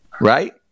right